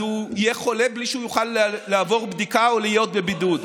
הוא יהיה חולה בלי שיוכל לעבור בדיקה או להיות בבידוד.